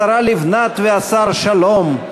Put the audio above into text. השרה לבנת והשר שלום,